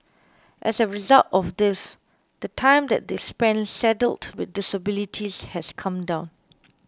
as a result of this the time that they spend saddled with disabilities has come down